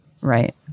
Right